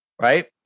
right